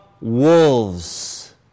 wolves